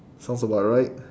sounds about right